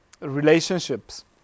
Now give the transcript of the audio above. relationships